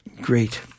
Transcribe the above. great